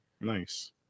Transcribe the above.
Nice